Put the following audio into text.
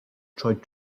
tried